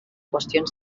qüestions